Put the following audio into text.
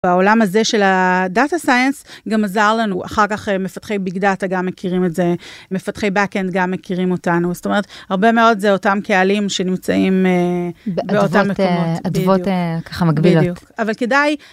בעולם הזה של הדאטה סייאנס גם עזר לנו, אחר כך מפתחי ביג דאטה גם מכירים את זה, מפתחי בקאנד גם מכירים אותנו, זאת אומרת הרבה מאוד זה אותם קהלים שנמצאים באותם... אדוות ככה מקבילות, בדיוק, אבל כדאי.